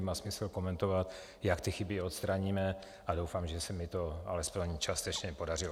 Má smysl komentovat, jak ty chyby odstraníme, a doufám, že se mi to alespoň částečně podařilo.